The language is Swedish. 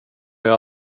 jag